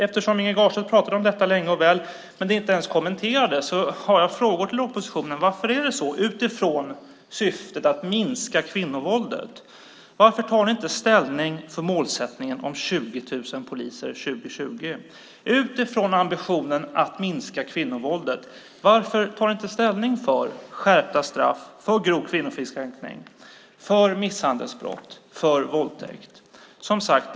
Inge Garstedt pratade om detta länge och väl, men det kommenterades inte ens. Därför har jag några frågor till oppositionen. Varför är det så? Syftet är ju att minska våldet mot kvinnor. Varför tar ni inte ställning för målsättningen 20 000 poliser 2020? Det handlar ju om ambitionen att minska våldet mot kvinnor. Varför tar ni inte ställning för skärpta straff för grov kvinnofridskränkning, misshandelsbrott och våldtäkt?